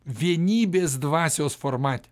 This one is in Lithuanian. vienybės dvasios formate